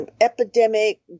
epidemic